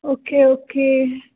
okay okay